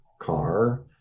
car